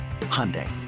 Hyundai